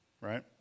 right